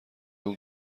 اون